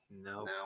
No